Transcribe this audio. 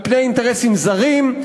על פני אינטרסים זרים,